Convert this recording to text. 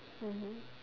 mmhmm